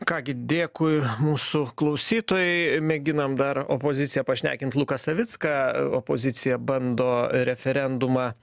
ką gi dėkui mūsų klausytojai mėginam dar opoziciją pašnekint luką savicką opozicija bando referendumą